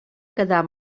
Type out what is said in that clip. quedar